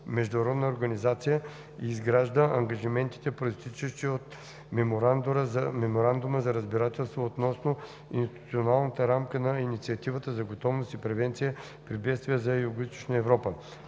международна организация и надгражда ангажиментите, произтичащи от Меморандума за разбирателство относно Институционалната рамка на Инициативата за готовност и превенция при бедствия за Югоизточна Европа